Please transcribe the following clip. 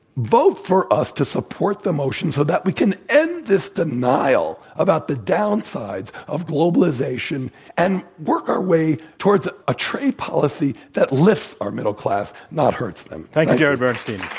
vote for us to support the motion so that we can end this denial about the downsides of globalization and work our way towards a trade policy that lifts our middle class, not hurts them. thank you, jared bernstein.